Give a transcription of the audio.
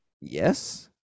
yes